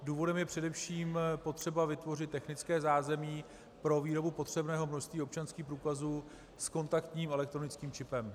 Důvodem je především potřeba vytvořit technické zázemí pro výrobu potřebného množství občanských průkazů s kontaktním elektronickým čipem.